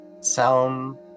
sound